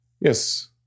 Yes